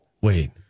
Wait